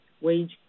wage